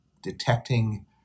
detecting